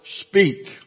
speak